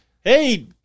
hey